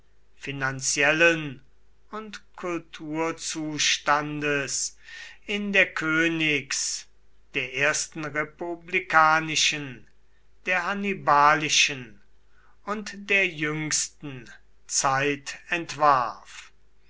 finanziellen und kulturzustandes in der königs der ersten republikanischen der hannibalischen und der jüngsten zeit entwarf